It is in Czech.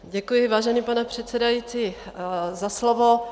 Děkuji, vážený pane předsedající, za slovo.